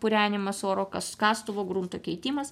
purenimas oro kas kastuvo grunto keitimas